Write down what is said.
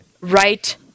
right